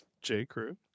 J.Crew